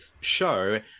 show